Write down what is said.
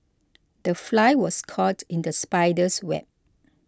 the fly was caught in the spider's web